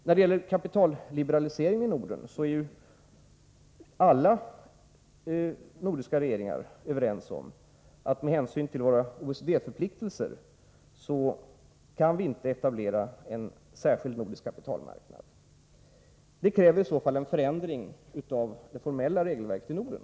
När det gäller kapitalliberaliseringen i Norden är alla nordiska regeringar överens om att vi med hänsyn till våra OECD-förpliktelser inte kan etablera en särskild nordisk kapitalmarknad. Det kräver i så fall en förändring av det formella regelverket i Norden.